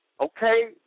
Okay